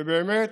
ובאמת